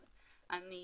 אז אני